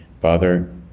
Father